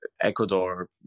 ecuador